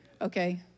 Okay